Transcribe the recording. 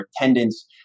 attendance